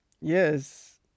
yes